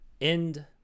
End